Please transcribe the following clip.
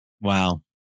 Wow